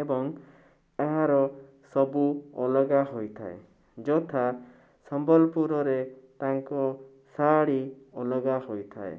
ଏବଂ ଏହାର ସବୁ ଅଲଗା ହୋଇଥାଏ ଯଥା ସମ୍ବଲପୁରରେ ତାଙ୍କ ଶାଢ଼ୀ ଅଲଗା ହୋଇଥାଏ